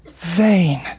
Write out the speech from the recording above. vain